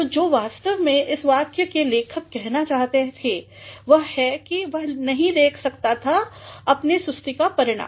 तो जो वास्तव में इस वाक्य के लेखक कहना चाहते थे वह है के वह नहीं देख सकता था अपने सुस्ती का परिणाम